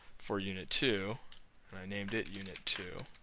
for unit two and i named it unit two